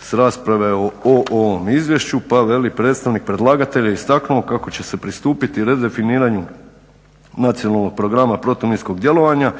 s rasprave o ovom izvješću pa veli "predstavnik predlagatelja je istaknuo kako će se pristupiti redefiniranju Nacionalnog programa protuminskog djelovanja